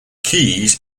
keys